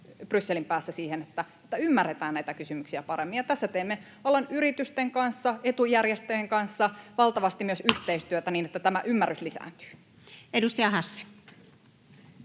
Brysselin päässä siihen, että ymmärretään näitä kysymyksiä paremmin. Tässä teemme alan yritysten kanssa, etujärjestöjen kanssa valtavasti myös yhteistyötä niin, että tämä ymmärrys lisääntyy. [Speech 54]